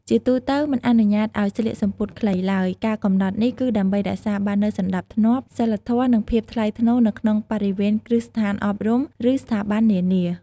ជាទូទៅ មិនអនុញ្ញាតឱ្យស្លៀកសំពត់ខ្លីឡើយការកំណត់នេះគឺដើម្បីរក្សាបាននូវសណ្ដាប់ធ្នាប់ សីលធម៌ និងភាពថ្លៃថ្នូរនៅក្នុងបរិវេណគ្រឹះស្ថានអប់រំ ឬស្ថាប័ននានា។